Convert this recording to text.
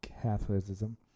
Catholicism